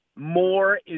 More